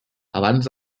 abans